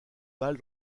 balle